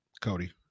Cody